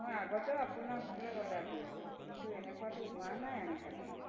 মোৰ আগতেও আপোনাৰ হোটেলত অৰ্ডাৰ কৰিছোঁ কিন্তু এনেকুৱাটো হোৱা নাই আনকালে